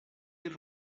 del